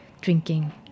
drinking